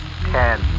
ten